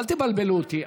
אל תבלבלו אותי.